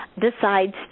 decides